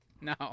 No